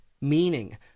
meaning